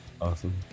awesome